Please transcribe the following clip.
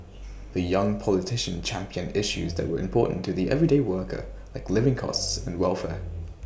the young politician championed issues that were important to the everyday worker like living costs and welfare